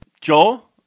Joel